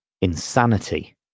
insanity